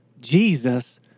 Jesus